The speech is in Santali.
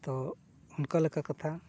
ᱛᱚ ᱚᱱᱠᱟ ᱞᱮᱠᱟ ᱠᱟᱛᱷᱟ